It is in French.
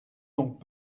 donc